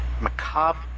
Macabre